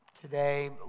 today